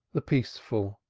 the peaceful,